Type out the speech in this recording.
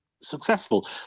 successful